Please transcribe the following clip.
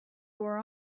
were